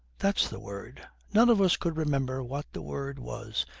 that's the word! none of us could remember what the word was.